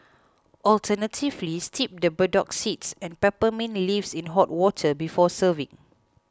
alternatively steep the burdock seeds and peppermint leaves in hot water before serving